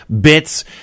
bits